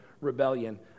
rebellion